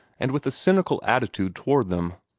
and with a cynical attitude toward them.